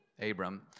Abram